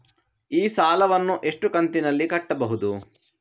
ಈ ಸಾಲವನ್ನು ಎಷ್ಟು ಕಂತಿನಲ್ಲಿ ಕಟ್ಟಬಹುದು?